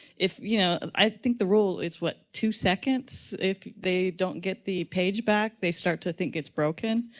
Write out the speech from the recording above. if you know, i think the rule is what, two seconds if they don't get the page back they start to think it's broken.